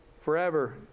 forever